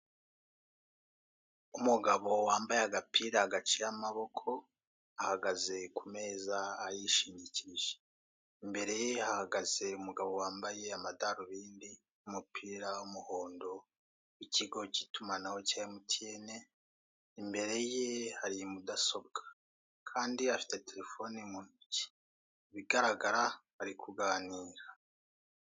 Umugabo wambaye agapira gaciye amaboko ahagaze ku meza ayishingikirije, imbere ye hahagaze umugabo wambaye amadarubindi n'umupira w'umuhondo ikigo cy'itumanaho cya MTN, imbere ye hari mudasobwa kandi afite telefone mu ntoki, ibigaragara bari kuganira.